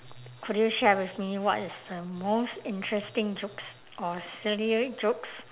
could you share with me what is the most interesting jokes or sillier jokes